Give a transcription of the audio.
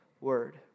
word